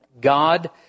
God